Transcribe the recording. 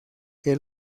que